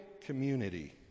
community